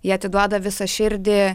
jie atiduoda visą širdį